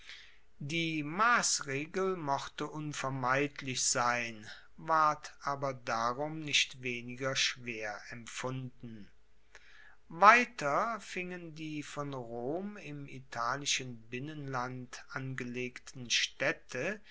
die massregel mochte unvermeidlich sein ward aber darum nicht weniger schwer empfunden weiter fingen die von rom im italischen binnenland angelegten staedte